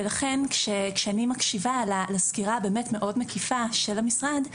ולכן כשאני מקשיבה לסקירה באמת מאוד מקיפה של המשרד,